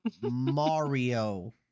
Mario